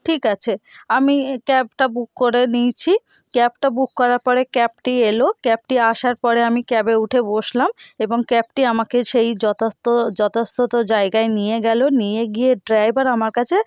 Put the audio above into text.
ঠিক আছে আমি এ ক্যাবটা বুক করে নিয়েছি ক্যাবটা বুক করার পরে ক্যাবটি এলো ক্যাবটি আসার পরে আমি ক্যাবে উঠে বসলাম এবং ক্যাবটি আমাকে সেই যথার্থ যথাযথ জায়গায় নিয়ে গেলো নিয়ে গিয়ে ড্রাইভার আমার কাছে